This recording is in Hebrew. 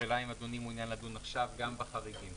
השאלה אם אדוני מעוניין לדון עכשיו גם בחריגים.